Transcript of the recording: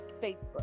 facebook